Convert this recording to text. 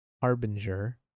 Harbinger